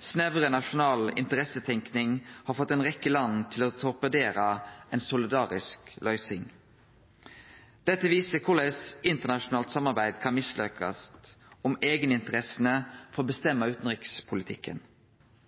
Snever nasjonal interessetenking har fått ei rekkje land til å torpedere ei solidarisk løysing. Dette viser korleis internasjonalt samarbeid kan mislykkast dersom eigeninteressene får bestemme utanrikspolitikken. Utanrikspolitikken